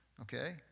Okay